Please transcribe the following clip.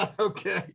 Okay